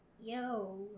Yo